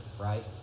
right